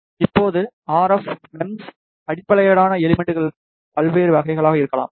இப்போது RF MEMS அடிப்படையிலான எலிமெண்ட்கள் பல்வேறு வகைகளாக இருக்கலாம்